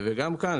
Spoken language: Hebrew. גם כאן,